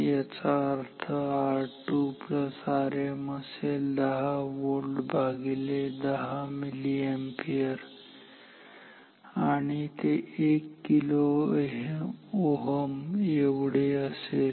याचा अर्थ R2Rm असेल 10 व्होल्ट भागिले 10 मिलीअॅम्पियर आणि ते 1 kΩ एवढे असेल